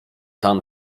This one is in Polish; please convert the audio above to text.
tam